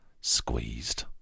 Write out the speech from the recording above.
squeezed